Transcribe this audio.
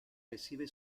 recibe